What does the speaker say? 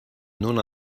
non